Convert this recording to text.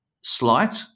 slight